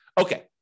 Okay